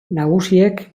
nagusiek